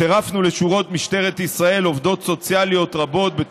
צירפנו לשורות משטרת ישראל עובדות סוציאליות רבות,